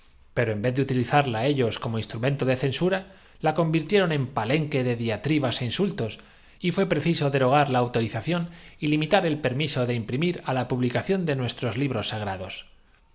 pero en vez de utilizarla ellos como instru de modo que ha mento de censura la convirtieron en palenque de dia brá que tomar por ar tribas é insultos y fué preciso derogar la autorización tículo de fe el aserto de julien y limitar el permiso de imprimir á la publicación de que con la nuestros libros sagrados